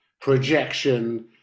projection